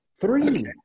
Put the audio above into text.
Three